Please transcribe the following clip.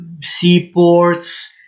seaports